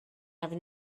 never